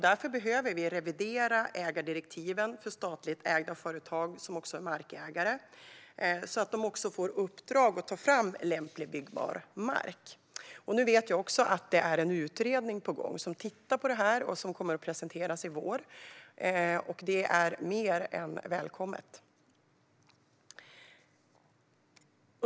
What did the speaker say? Därför behöver vi revidera ägardirektiven för statligt ägda företag som också är markägare, så att de får i uppdrag att ta fram lämplig byggbar mark. Jag vet att det är en utredning på gång som tittar på detta och kommer att presenteras i vår. Det är mer än välkommet.